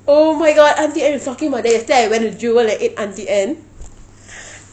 oh my god auntie anne talking about that yesterday I went to jewel and ate auntie anne